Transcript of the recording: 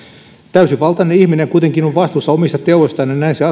täysivaltainen ihminen kuitenkin on vastuussa omista teoistaan ja